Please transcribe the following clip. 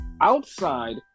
outside